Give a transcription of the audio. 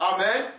Amen